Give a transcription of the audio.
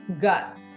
gut